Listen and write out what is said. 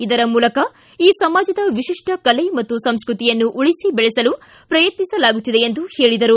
ಇದರ ಮೂಲಕ ಈ ಸಮಾಜದ ವಿಶಿಷ್ಟ ಕಲೆ ಮತ್ತು ಸಂಸ್ಟತಿಯನ್ನು ಉಳಿಸಿ ಬೆಳೆಸಲು ಪ್ರಯತ್ನಿಸಲಾಗುತ್ತಿದೆ ಎಂದು ಹೇಳಿದರು